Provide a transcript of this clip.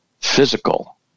physical